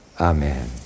Amen